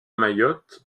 mayotte